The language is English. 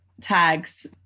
tags